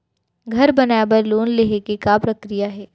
घर बनाये बर लोन लेहे के का प्रक्रिया हे?